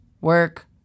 work